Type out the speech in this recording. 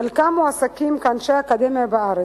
חלקם מועסקים כאנשי אקדמיה בארץ,